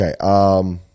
Okay